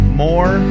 more